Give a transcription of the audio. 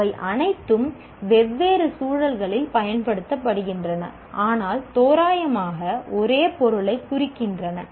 அவை அனைத்தும் வெவ்வேறு சூழல்களில் பயன்படுத்தப்படுகின்றன ஆனால் தோராயமாக ஒரே பொருளைக் குறிக்கின்றன